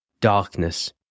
darkness